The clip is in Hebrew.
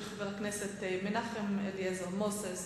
של חבר הכנסת מנחם אליעזר מוזס,